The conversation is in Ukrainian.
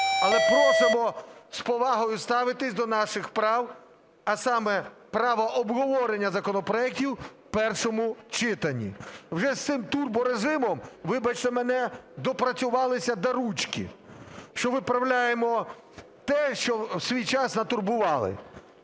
Але просимо з повагою ставитися до наших прав, а саме – права обговорення законопроектів в першому читанні. Вже з цим турборежимом, вибачте мене, допрацювалися до ручки, що виправляємо те, що в свій час "натурбували".